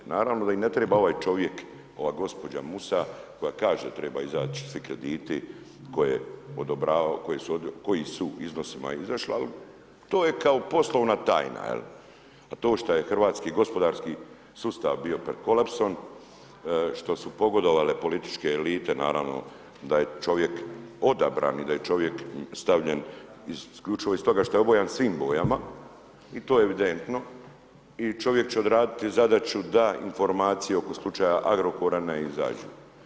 Naravno da im ne treba ovaj čovjek, ova gđa. Musa koja kaže trebaju izaći svi krediti, u kojim su iznosima izašli ali to je kao poslovna tajna, jel', a to je što je hrvatski gospodarski sustav bio pred kolapsom, što su pogodovale političke elite, naravno da je čovjek odabran i da je čovjek stavljen isključivo iz toga što je obojen svim bojama i to je evidentno i čovjek će odraditi zadaću da informacije oko slučaja Agrokora ne izađu.